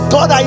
God